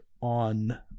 on